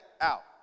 out